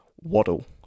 waddle